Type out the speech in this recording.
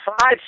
five